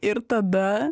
ir tada